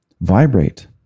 vibrate